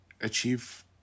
achieve